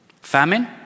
Famine